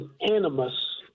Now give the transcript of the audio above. animus